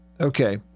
Okay